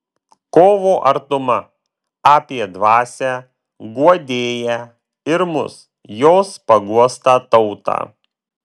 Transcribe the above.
kovo artuma apie dvasią guodėją ir mus jos paguostą tautą